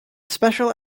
special